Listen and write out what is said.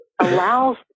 allows